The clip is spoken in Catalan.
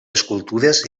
escultures